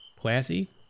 Classy